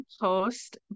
post